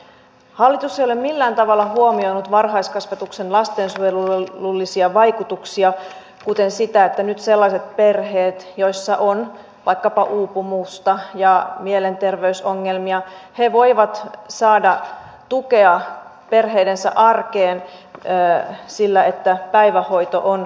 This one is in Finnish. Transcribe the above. hallitus ei ole millään tavalla huomioinut varhaiskasvatuksen lastensuojelullisia vaikutuksia kuten sitä että nyt sellaiset perheet joissa on vaikkapa uupumusta ja mielenterveysongelmia voivat saada tukea arkeensa sillä että päivähoito on järjestetty